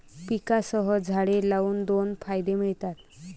पिकांसह झाडे लावून दोन फायदे मिळतात